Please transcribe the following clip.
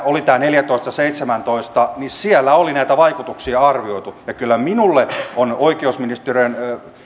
oli tämä neljätoista tai seitsemäntoista oli näitä vaikutuksia arvioitu ja kyllä minulle on oikeusministeriön